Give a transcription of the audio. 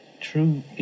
true